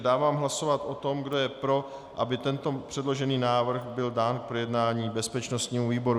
Dávám hlasovat o tom, kdo je pro, aby tento předložený návrh byl dán k projednání bezpečnostnímu výboru.